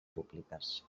públiques